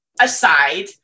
aside